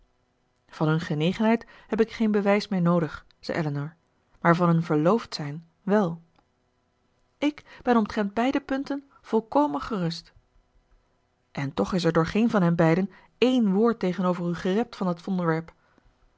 van hun genegenheid heb ik geen bewijs meer noodig zei elinor maar van hun verloofd zijn wèl ik ben omtrent beide punten volkomen gerust en toch is er door geen van hen beiden één woord tegenover u gerept van dat onderwerp